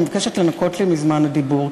אני מבקשת לנכות לי מזמן הדיבור,